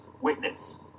Witness